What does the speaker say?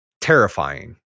terrifying